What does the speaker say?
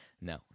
no